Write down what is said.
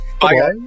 Bye